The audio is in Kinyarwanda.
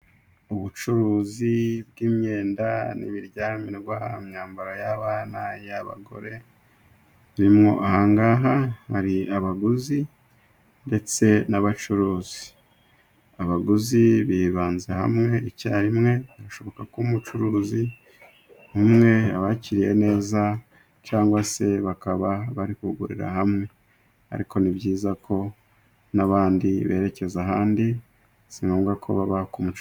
Ubucuruzi bw'imyenda nibiryamirwa imyambaro y'abana, y'abagore, irimo ahangaha hari abaguzi, ndetse n'abacuruzi .Abaguzi bibanze hamwe icyarimwe, birashoboka ko'umucuruzi umwe abakiriye neza, cyangwa se bakaba bari kugurira hamwe, ariko ni byiza ko n'abandi berekeza ahandi sigombwa ko baba ku mucu.